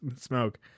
smoke